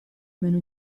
meno